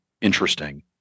interesting